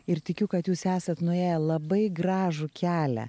ir tikiu kad jūs esat nuėję labai gražų kelią